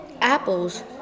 apples